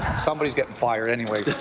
somebody is getting fired anyway.